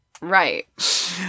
Right